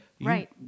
right